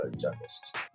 journalist